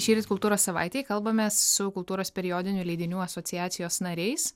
šįryt kultūros savaitėj kalbamės su kultūros periodinių leidinių asociacijos nariais